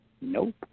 Nope